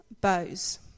bows